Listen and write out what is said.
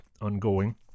ongoing